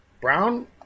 brown